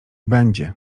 będzie